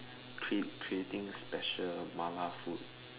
crew creating special malay food